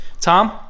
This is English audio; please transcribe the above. Tom